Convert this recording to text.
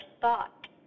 thought